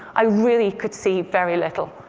i really could see very little.